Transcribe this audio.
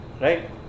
Right